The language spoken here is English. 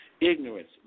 Ignorance